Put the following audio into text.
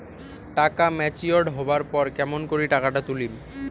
টাকা ম্যাচিওরড হবার পর কেমন করি টাকাটা তুলিম?